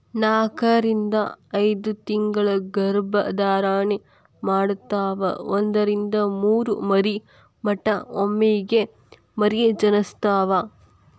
ನಾಕರಿಂದ ಐದತಿಂಗಳ ಗರ್ಭ ಧಾರಣೆ ಮಾಡತಾವ ಒಂದರಿಂದ ಮೂರ ಮರಿ ಮಟಾ ಒಮ್ಮೆಗೆ ಮರಿ ಜನಸ್ತಾವ